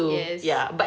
yes